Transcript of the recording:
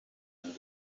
nguyu